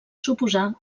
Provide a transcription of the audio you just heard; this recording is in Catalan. suposar